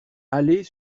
aller